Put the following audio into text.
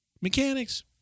Mechanics